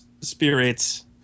Spirits